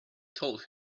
told